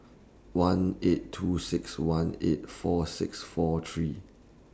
one eight two six one eight four six four three